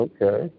Okay